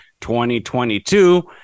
2022